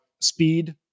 speed